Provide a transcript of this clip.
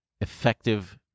effective